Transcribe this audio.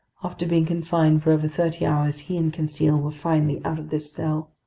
after being confined for over thirty hours, he and conseil were finally out of this cell.